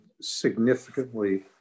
significantly